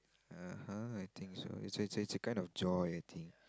uh-huh I think so it's it's it's a kind of joy I think